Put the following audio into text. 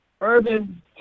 urban